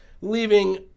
leaving